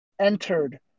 entered